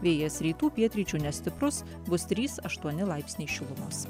vėjas rytų pietryčių nestiprus bus trys aštuoni laipsniai šilumos